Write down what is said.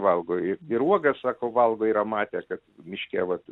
valgo ir ir uogas sako valgo yra matę kad miške vat